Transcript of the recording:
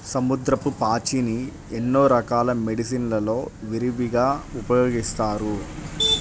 సముద్రపు పాచిని ఎన్నో రకాల మెడిసిన్ లలో విరివిగా ఉపయోగిస్తారు